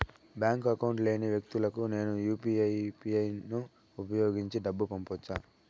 Bank account లేని వ్యక్తులకు నేను యు పి ఐ యు.పి.ఐ ను ఉపయోగించి డబ్బు పంపొచ్చా?